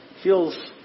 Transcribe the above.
Feels